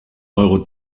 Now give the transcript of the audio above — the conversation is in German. euro